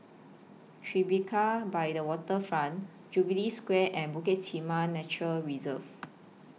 Tribeca By The Waterfront Jubilee Square and Bukit Timah Nature Reserve